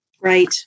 Right